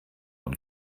und